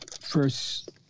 first